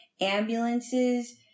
ambulances